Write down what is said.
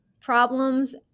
problems